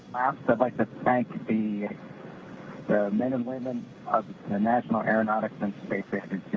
but like the like the men and women of the national aeronautical and space